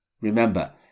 Remember